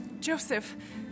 Joseph